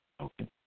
okay